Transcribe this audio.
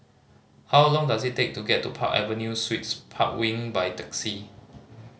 how long does it take to get to Park Avenue Suites Park Wing by taxi